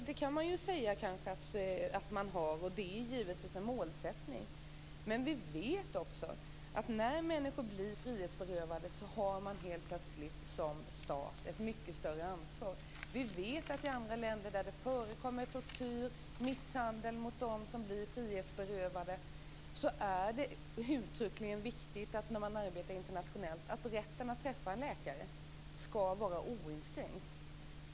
Fru talman! Det kan man kanske säga att vi har. Det är givetvis en målsättning. Men vi vet också att när människor blir frihetsberövade så har man som stat plötsligt ett mycket större ansvar. I andra länder, där det förekommer tortyr och misshandel av dem som blir frihetsberövade, är det uttryckligen viktigt när man arbetar internationellt att rätten att träffa en läkare skall vara oinskränkt.